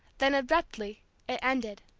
then abruptly it ended.